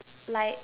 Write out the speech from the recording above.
lie